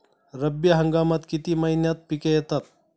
रब्बी हंगामात किती महिन्यांत पिके येतात?